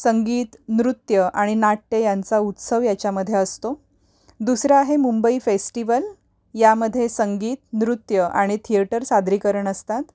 संगीत नृत्य आणि नाट्य यांचा उत्सव याच्यामध्ये असतो दुसरं आहे मुंबई फेस्टिवल यामध्ये संगीत नृत्य आणि थिएटर सादरीकरण असतात